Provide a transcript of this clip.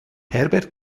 herbert